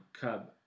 Cub